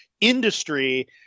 industry